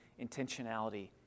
intentionality